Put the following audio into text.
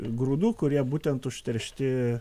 grūdų kurie būtent užteršti